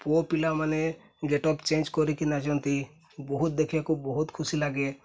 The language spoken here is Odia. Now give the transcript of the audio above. ପୁଅ ପିଲାମାନେ ଗେଟ୍ ଅପ୍ ଚେଞ୍ଜ କରିକି ନାଚନ୍ତି ବହୁତ ଦେଖିବାକୁ ବହୁତ ଖୁସି ଲାଗେ